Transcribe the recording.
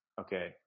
okay